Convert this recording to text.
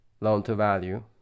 loan-to-value